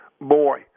boy